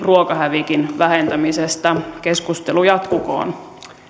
ruokahävikin vähentämisestä keskustelu jatkukoon